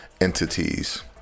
entities